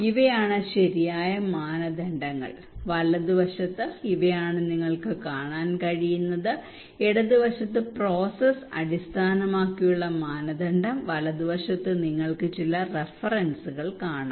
ഇവയാണ് ശരിയായ മാനദണ്ഡങ്ങൾ വലതുവശത്ത് ഇവയാണ് നിങ്ങൾക്ക് കാണാൻ കഴിയുന്നത് ഇടത് വശത്ത് പ്രോസസ്സ് അടിസ്ഥാനമാക്കിയുള്ള മാനദണ്ഡം വലതുവശത്ത് നിങ്ങൾക്ക് ചില റഫറൻസുകൾ കാണാം